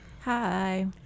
hi